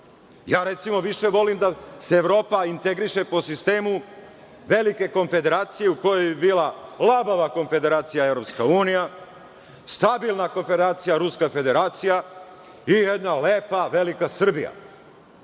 Recimo, ja više volim da se Evropa integriše po sistemu velike konfederacije u kojoj bi bila labava konfederacija Evropska unija, stabilna konfederacija Ruska Federacija i jedna lepa velika Srbija.